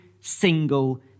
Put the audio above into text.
single